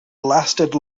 lasted